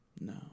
no